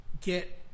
get